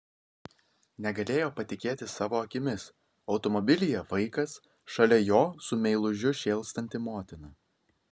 negalėjo patikėti savo akimis automobilyje vaikas šalia jo su meilužiu šėlstanti motina